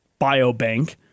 biobank